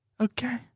Okay